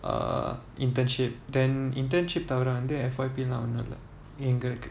err internship then internship தவிர வந்து:thavira vanthu F_Y_P lah ஒண்ணும் இல்ல எங்களுக்கு:onnum illa engaluku